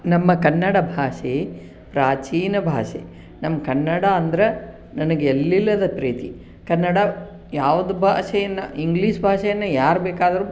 ನಮ್ಮ ಕನ್ನಡ ಭಾಷೆ ಪ್ರಾಚೀನ ಭಾಷೆ ನಮ್ಮ ಕನ್ನಡ ಅಂದರೆ ನನಗೆ ಎಲ್ಲಿಲ್ಲದ ಪ್ರೀತಿ ಕನ್ನಡ ಯಾವುದು ಭಾಷೆಯನ್ನು ಇಂಗ್ಲಿಷ್ ಭಾಷೆಯನ್ನು ಯಾರು ಬೇಕಾದರು